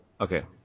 Okay